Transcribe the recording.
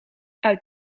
uit